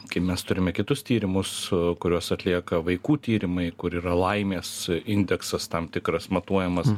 kai mes turime kitus tyrimus kuriuos atlieka vaikų tyrimai kur yra laimės indeksas tam tikras matuojamas